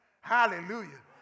Hallelujah